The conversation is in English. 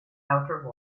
outer